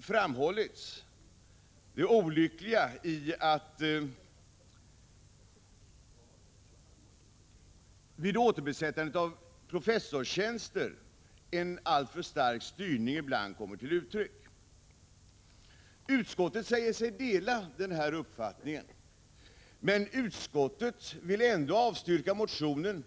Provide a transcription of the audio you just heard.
framhåller vi det olyckliga i att en alltför stark styrning ibland kommer till uttryck vid återbesättandet av professorstjänster. Utskottet säger sig dela denna uppfattning. Men utskottet vill ändå avstyrka motionen.